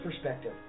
perspective